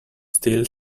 still